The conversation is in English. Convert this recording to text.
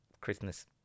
Christmas